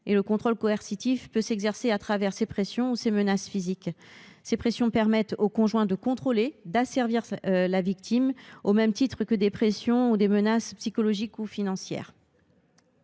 Le contrôle coercitif peut s’exercer au travers de ces pressions ou de ces menaces physiques. Ces pressions permettent aux conjoints de contrôler, d’asservir la victime, au même titre que des pressions ou des menaces psychologiques ou financières.